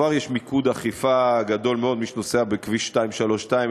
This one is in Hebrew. כבר יש מיקוד אכיפה גדול מאוד: מי שנוסע בכביש 232,